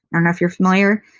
i don't know if you're familiar?